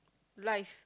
life